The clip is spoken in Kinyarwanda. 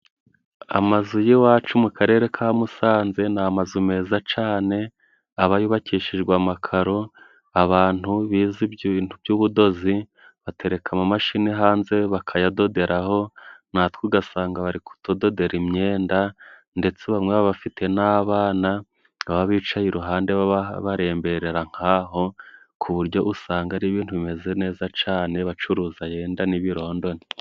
Amazu y'iwacu mu Karere ka Musanze ni amazu meza cane, aba yubakishijwe amakaro. Abantu bize ibintu by'ubudozi batereka amashini hanze bakayadoderaho, natwe ugasanga bari kutudodora imyenda. Ndetse bamwe bafite n'abana baba bicaye iruhande, baba baremberera nk'aho, ku buryo usanga ari ibintu bimeze neza cane, bacuruza yenda n'ibirondoni.